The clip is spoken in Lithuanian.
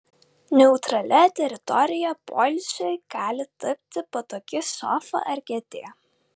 neutralia teritorija poilsiui gali tapti patogi sofa ar kėdė